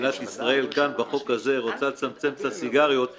מדינת ישראל כאן בחוק הזה רוצה לצמצם את הסיגריות,